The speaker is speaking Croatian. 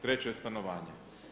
Treće je stanovanje.